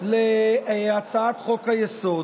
להצעת חוק-היסוד,